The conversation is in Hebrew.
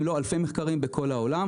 אם לא אלפי מחקרים בכל העולם.